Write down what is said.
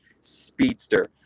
speedster